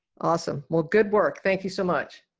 awesome. well good work. thank you so much.